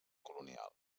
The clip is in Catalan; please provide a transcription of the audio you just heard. colonial